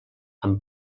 amb